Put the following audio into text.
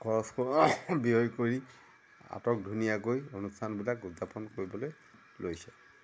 খৰচ ব্যয় কৰি আটক ধুনীয়াকৈ অনুষ্ঠানবিলাক উদযাপন কৰিবলৈ লৈছে